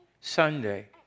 Sunday